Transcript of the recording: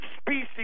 species